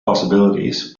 possibilities